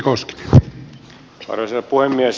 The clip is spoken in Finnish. arvoisa herra puhemies